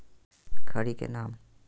खड़ी के नाम?